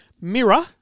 Mirror